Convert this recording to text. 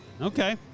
Okay